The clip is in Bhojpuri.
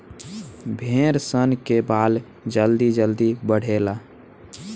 भेड़ सन के बाल जल्दी जल्दी बढ़ेला